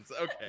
Okay